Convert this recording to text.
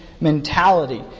mentality